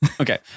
Okay